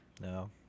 No